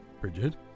Bridget